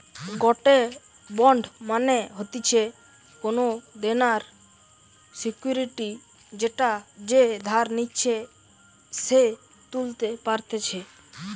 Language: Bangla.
গটে বন্ড মানে হতিছে কোনো দেনার সিকুইরিটি যেটা যে ধার নিচ্ছে সে তুলতে পারতেছে